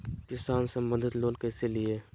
किसान संबंधित लोन कैसै लिये?